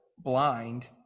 blind